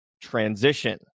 transition